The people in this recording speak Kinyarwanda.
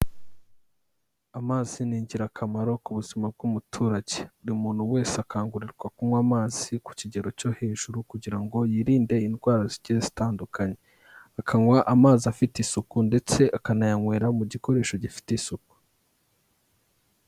Amazi ni ingirakamaro ku buzima bw'umuturage, buri muntu wese akangurirwa kunywa amazi ku kigero cyo hejuru, kugira ngo yirinde indwara zigiye zitandukanye, akanywa amazi afite isuku, ndetse akanayanywera mu gikoresho gifite isuku.